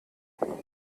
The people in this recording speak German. wagen